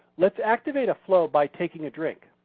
let's activate a flow by taking a drink.